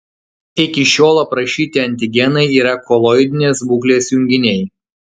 iki šiol aprašyti antigenai yra koloidinės būklės junginiai